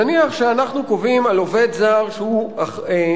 נניח שאנחנו קובעים על עובד זר שהוא מוגבל